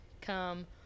come